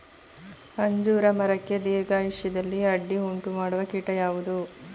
ಅಂಜೂರ ಮರಕ್ಕೆ ದೀರ್ಘಾಯುಷ್ಯದಲ್ಲಿ ಅಡ್ಡಿ ಉಂಟು ಮಾಡುವ ಕೀಟ ಯಾವುದು?